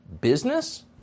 business